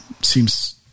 seems